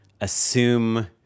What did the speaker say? assume